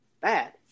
bad